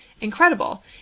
incredible